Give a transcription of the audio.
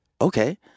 Okay